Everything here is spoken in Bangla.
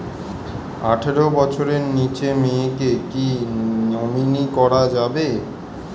আঠারো বছরের নিচে মেয়েকে কী নমিনি করা যাবে?